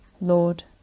Lord